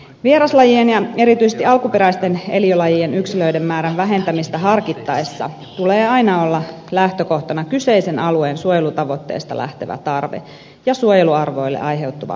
vieraslajien ja erityisesti alkuperäisten eliölajien yksilöiden määrän vähentämistä harkittaessa tulee aina olla lähtökohtana kyseisen alueen suojelutavoitteesta lähtevä tarve ja suojeluarvoille aiheutuva merkittävä haitta